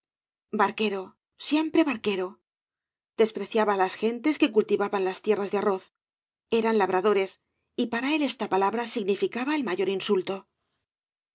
barquero siempre barquero despreciaba á las gentes que cultivaban las tierras de arroz eran labradores y para él esta palabra significaba el mayor insulto